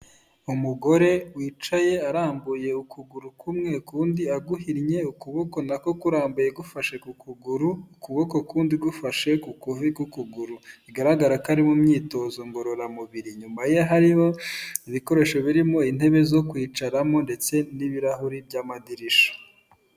Umugore wicaye arambuye ukuguru kumwe k'undi aguhinnye, ukuboko nako kurambuye gufashe ku kuguru, ukuboko kundi gufashe ku kuvi k'ukuguru, bigaragara ko ariri mu myitozo ngororamubiri inyuma ye hari ibikoresho birimo intebe zo kwicaramo ndetse n'ibirahuri by'amadirisha.